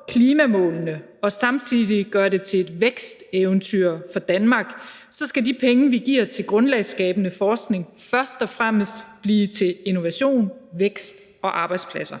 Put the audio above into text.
nå klimamålene og samtidig gøre det til et væksteventyr for Danmark, skal de penge, vi giver til grundlagsskabende forskning, først og fremmest blive til innovation, vækst og arbejdspladser,